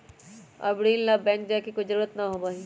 अब ऋण ला बैंक जाय के कोई जरुरत ना होबा हई